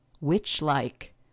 witch-like